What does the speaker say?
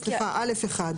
סליחה, א1.